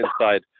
inside